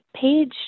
page